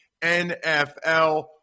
NFL